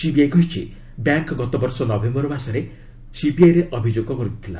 CBI କହିଛି bank ଗତବର୍ଷ ନଭେମ୍ବର ମାସରେ ସିବିଆଇରେ ଅଭିଯୋଗ କରିଥିଲା